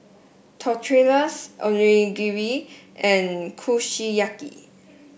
Tortillas Onigiri and Kushiyaki